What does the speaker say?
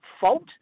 fault